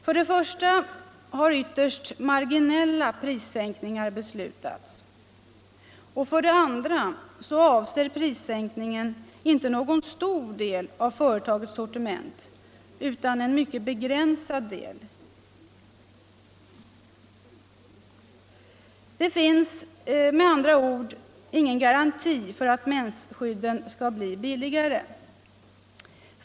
För det första har ytterst marginella prissänkningar beslutats. För det andra avser prissänkningen inte någon stor del av företagets sortiment utan en mycket begränsad del. Det finns med andra ord ingen garanti för att mensskydden skall bli billigare.